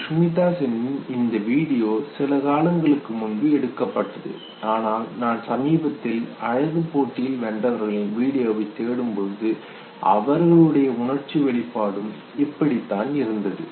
சுஷ்மிதா சென்னின் இந்த வீடியோ சில காலங்களுக்கு முன்பு எடுக்கப்பட்டது ஆனால் நான் சமீபத்தில் அழகு போட்டியில் வென்றவர்களின் வீடியோவை தேடும்பொழுது அவர்களுடைய உணர்ச்சி வெளிப்பாடும் இப்படித்தான் இருந்தது